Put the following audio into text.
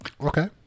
Okay